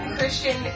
Christian